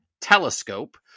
Telescope